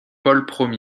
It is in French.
paul